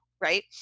Right